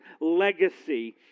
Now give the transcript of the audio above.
legacy